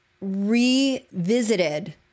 revisited